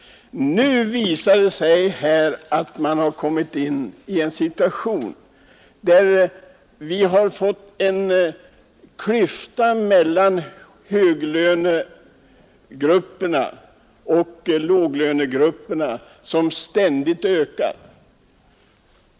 Vad sker i dag? Nu har vi hamnat i en situation där klyftan mellan högoch låglönegrupperna ständigt växer.